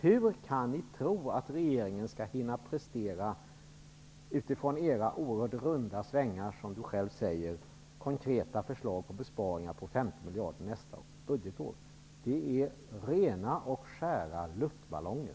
Hur kan ni tro att regeringen skall hinna prestera, utifrån era oerhört runda svängar, konkreta besparingsförslag på 50 miljarder nästa budgetår. Detta är rena och skära luftballonger.